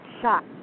shocked